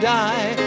die